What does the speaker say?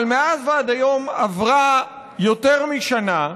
אבל מאז ועד היום עברה יותר משנה.